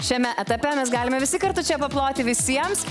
šiame etape mes galime visi kartu čia paploti visiems